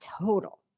total